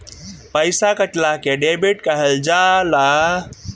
पइसा कटला के डेबिट कहल जाला